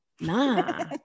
nah